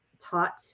taught